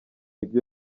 ibyo